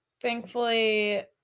thankfully